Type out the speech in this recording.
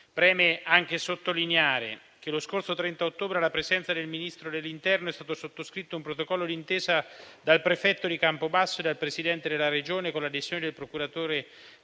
Preme anche sottolineare che lo scorso 30 ottobre, alla presenza del Ministro dell'interno, è stato sottoscritto un protocollo di intesa dal prefetto di Campobasso e dal Presidente della Regione, con l'adesione del procuratore